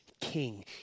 king